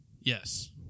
Yes